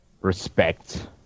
respect